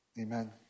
Amen